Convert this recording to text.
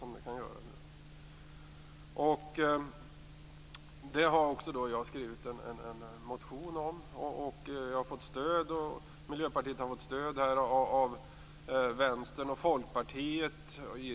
Jag har väckt en motion om detta, och Miljöpartiets hållning har i detta avseende fått stöd från Vänstern och Folkpartiet.